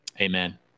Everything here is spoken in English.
Amen